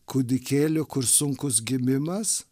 kūdikėlį kur sunkus gimimas